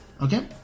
Okay